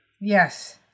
yes